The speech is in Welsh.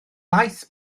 laeth